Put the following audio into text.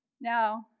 Now